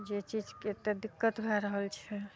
जे चीजके एतऽ दिक्कत भए रहल छै